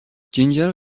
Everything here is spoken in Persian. جینجر